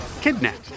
kidnapped